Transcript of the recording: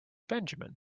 benjamin